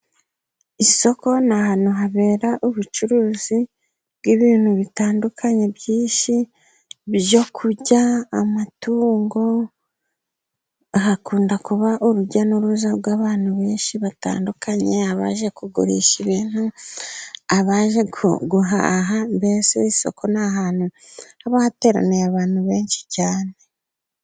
Isoko ni ahantu habera ubucuruzi bw'ibintu bitandukanye byinshi, ibyo kurya, amatungo, hakunda kuba urujya n'uruza rw'abantu benshi batandukanye, abaje kugurisha ibintu, abaje guhaha, mbese isoko ni ahantu haba hateraniye abantu benshi cyane.